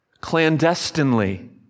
clandestinely